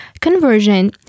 Conversion